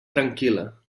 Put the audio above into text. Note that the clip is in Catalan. tranquil·la